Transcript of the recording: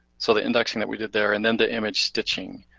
so the indexing that we did there, and then the image stitching.